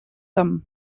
thumb